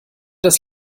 das